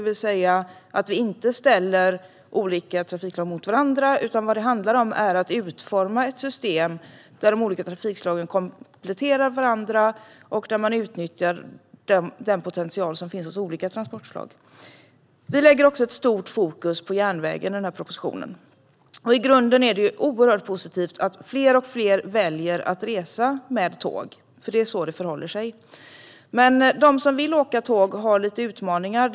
Vi ställer alltså inte olika trafikslag mot varandra. Det handlar om att utforma ett system där de olika trafikslagen kompletterar varandra och där man utnyttjar den potential som finns hos olika transportslag. I den här propositionen lägger vi också stort fokus på järnvägen. I grunden är det oerhört positivt att allt fler väljer att resa med tåg. Det är nämligen så det förhåller dig. Men de som vill åka tåg har lite utmaningar.